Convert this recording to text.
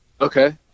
Okay